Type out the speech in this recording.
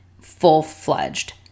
full-fledged